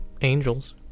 Angels